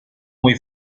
muy